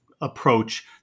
approach